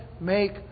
make